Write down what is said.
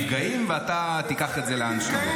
מפגעים, ואתה תיקח את זה לאן שאתה רוצה.